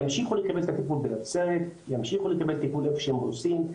ימשיכו לקבל את הטיפול בנצרת או איפה שהם רוצים,